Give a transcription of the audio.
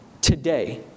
today